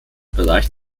bereich